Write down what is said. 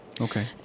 Okay